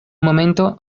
momento